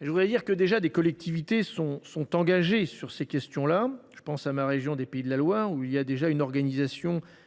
Je voudrais dire que certaines collectivités territoriales sont déjà engagées sur ces questions. Je pense à ma région des Pays de la Loire, où une organisation est en